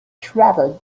travel